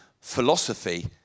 philosophy